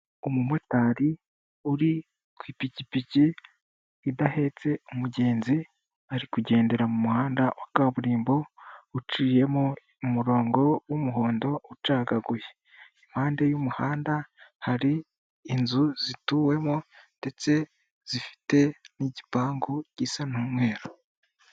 Umumotari uri ku ipikipiki idahetse umugenzi ari kugendera mu muhanda wa kaburimbo uciyemo umurongo w'umuhondo ucagaguye, impande y'umuhanda hari inzu zituwemo ndetse zifite n'igipangu gisa n'umweru.